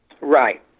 Right